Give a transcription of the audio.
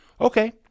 okay